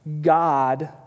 God